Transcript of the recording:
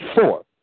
Four